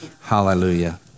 Hallelujah